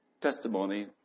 testimony